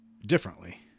differently